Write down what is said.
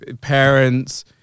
Parents